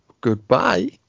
goodbye